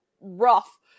rough